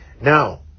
Now